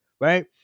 right